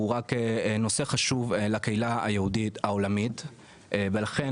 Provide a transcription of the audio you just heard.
הוא רק נושא חשוב לקהילה היהודית העולמית ולכן,